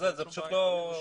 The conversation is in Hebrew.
אני חושב שציבורית,